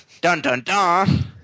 dun-dun-dun